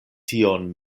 tion